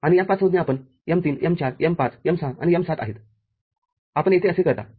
आणि या पाच संज्ञा आपण m३ m ४ m५m ६ आणि m७ आहेत आपण येथे असे करता